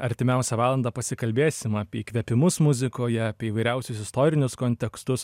artimiausią valandą pasikalbėsim apie įkvėpimus muzikoje apie įvairiausius istorinius kontekstus